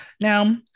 now